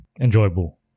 enjoyable